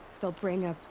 they'll bring a.